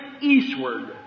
eastward